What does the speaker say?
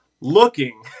looking